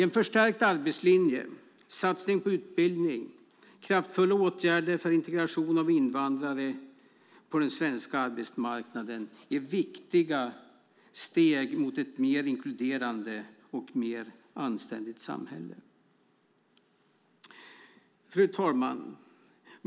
En förstärkt arbetslinje, satsning på utbildning och kraftfulla åtgärder för integration av invandrare på den svenska arbetsmarknaden är viktiga steg mot ett mer inkluderande och anständigt samhälle. Fru talman!